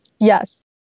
Yes